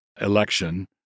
election